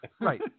Right